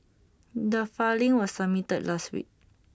the filing was submitted last week